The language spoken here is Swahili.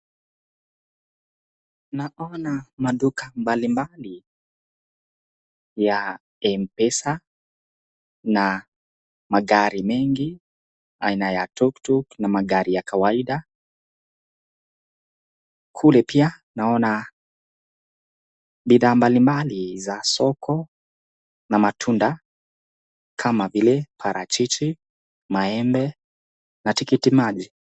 Naona maduka mbali mbali ya mpesa, na magari mengi aina ya tuktuk na magari ya kawaida, kule pia naona bidhaa mbali mbali za soko na matunda kama vile parachichi, maembe, na tikiti maji.